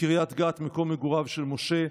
בקריית גת, מקום מגוריו של משה.